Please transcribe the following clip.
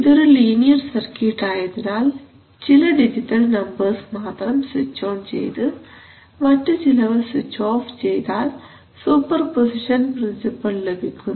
ഇതൊരു linear circuit ആയതിനാൽ ചില ഡിജിറ്റൽ നമ്പർസ് മാത്രം സ്വിച്ച് ഓൺ ചെയ്തു മറ്റു ചിലവ സ്വിച്ച് ഓഫ് ചെയ്താൽ സൂപ്പർപൊസിഷൻ പ്രിൻസിപ്പൽ ലഭിക്കുന്നു